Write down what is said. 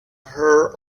her